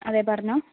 അതെ പറഞ്ഞോ